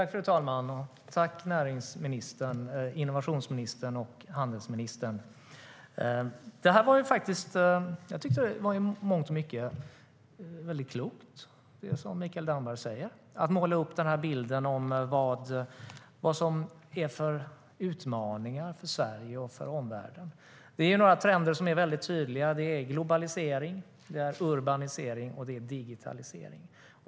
Fru talman! Tack, näringsministern, innovationsministern och handelsministern! Det som Mikael Damberg säger är i mångt och mycket väldigt klokt. Det handlar om utmaningar för Sverige och omvärlden. Det är några trender som är väldigt tydliga: globalisering, urbanisering och digitalisering.